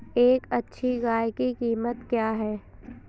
एक अच्छी गाय की कीमत क्या है?